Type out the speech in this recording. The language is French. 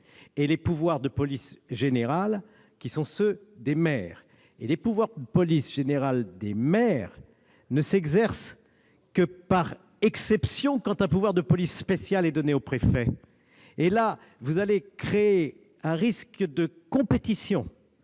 et les pouvoirs de police générale qui sont ceux des maires. Les pouvoirs de police générale des maires ne s'exercent que par exception quand un pouvoir de police spéciale est donné au préfet. Il ne faudrait pas créer un risque de compétition